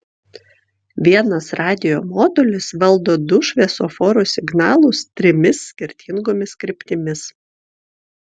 vienas radijo modulis valdo du šviesoforo signalus trimis skirtingomis kryptimis